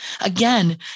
Again